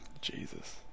Jesus